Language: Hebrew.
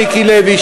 מיקי לוי,